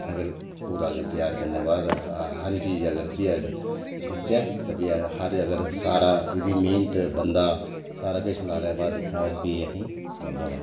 अगर पूरा अगर त्यार करने दे बाद हर चीज़ अगर इसी अस दिखचै ते अगर सारा एह्दी मेह्नत बंदा सारा किश लाने दे बाद दिक्खना होऐ ते प्ही असेंगी मैह्ंगा पौंदा ऐ